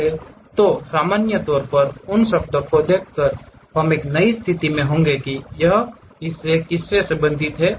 लेकिन सामान्य तौर पर उन शब्दों को देखकर हम एक नई स्थिति में होंगे कि यह किस हिस्से से संबंधित है